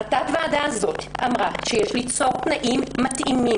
תת-הוועדה הזאת אמרה שיש ליצור תנאים מתאימים,